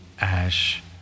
Ash